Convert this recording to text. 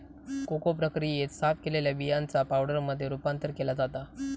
cocoa प्रक्रियेत, साफ केलेल्या बियांचा पावडरमध्ये रूपांतर केला जाता